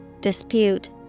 dispute